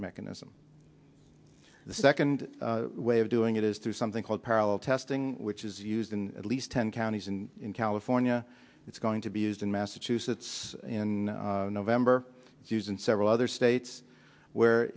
mechanism the second way of doing it is through something called parallel testing which is used in at least ten counties in california it's going to be used in massachusetts in november and several other states where